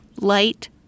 light